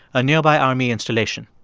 a nearby army installation.